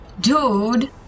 Dude